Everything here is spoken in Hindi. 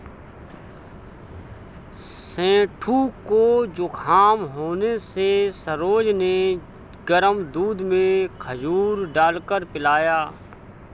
सेठू को जुखाम होने से सरोज ने गर्म दूध में खजूर डालकर पिलाया